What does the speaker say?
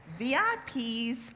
VIPs